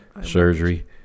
surgery